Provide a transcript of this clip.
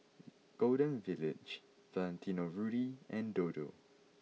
Golden Village Valentino Rudy and Dodo